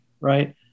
right